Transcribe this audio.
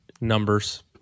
numbers